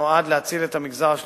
שנועד להציל את המגזר השלישי,